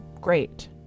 great